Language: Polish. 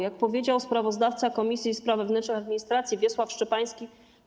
Jak powiedział sprawozdawca komisji spraw wewnętrznych i administracji Wiesław Szczepański.